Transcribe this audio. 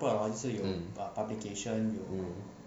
mm mm